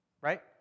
right